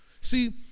See